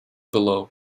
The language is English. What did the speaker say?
below